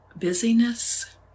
busyness